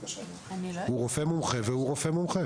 הוא רופא מומחה, והוא רופא מומחה.